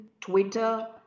twitter